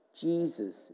Jesus